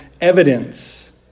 evidence